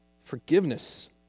forgiveness